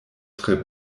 tre